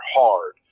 hard